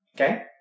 Okay